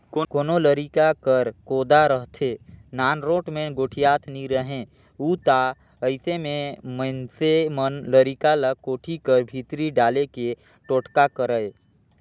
कोनो लरिका हर कोदा रहथे, नानरोट मे गोठियात नी रहें उ ता अइसे मे मइनसे मन लरिका ल कोठी कर भीतरी डाले के टोटका करय